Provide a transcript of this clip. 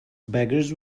beggars